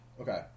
Okay